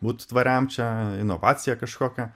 būt tvariam čia inovacija kažkokia